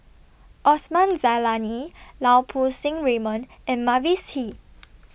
Osman Zailani Lau Poo Seng Raymond and Mavis Hee